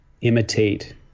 imitate